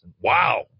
Wow